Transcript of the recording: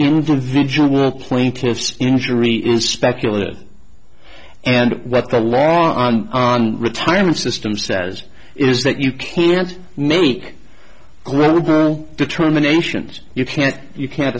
individual plaintiff's injury is speculative and what the law on on retirement system says is that you can't make great determinations you can't you can't